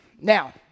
Now